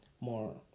more